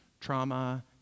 trauma